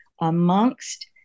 amongst